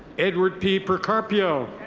edward p. percarpio.